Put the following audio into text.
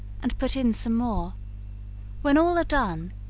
and put in some more when all are done,